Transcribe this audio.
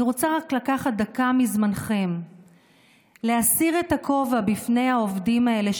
אני רוצה לקחת רק דקה מזמנכם להסיר את הכובע בפני העובדים האלה,